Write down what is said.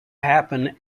happen